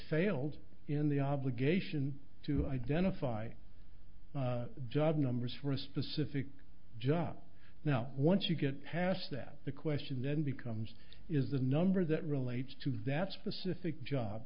failed in the obligation to identify job numbers for a specific job now once you get past that the question then becomes is the number that relates to that specific job